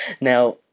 Now